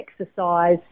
exercise